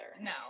No